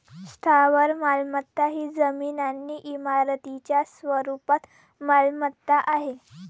स्थावर मालमत्ता ही जमीन आणि इमारतींच्या स्वरूपात मालमत्ता आहे